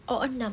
oh enam